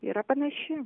yra panaši